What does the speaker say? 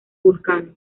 vulcano